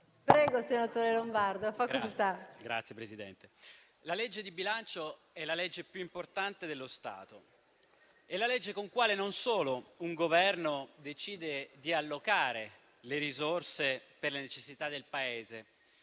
quella di bilancio è la legge più importante dello Stato, con la quale non solo un Governo decide di allocare le risorse per le necessità del Paese,